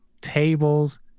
tables